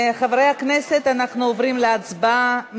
חברי הכנסת, אנחנו עוברים להצבעה.